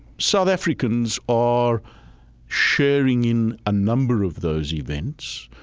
south africans are sharing in a number of those events,